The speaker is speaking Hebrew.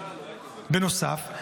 בנוסף,